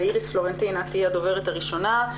ואיריס פלורנטין תהיה הדוברת הראשונה,